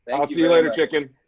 i'll see you later, chicken.